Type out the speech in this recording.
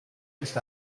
ist